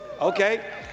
Okay